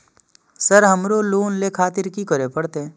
Sir हमरो loan ले खातिर की करें परतें?